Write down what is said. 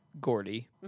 gordy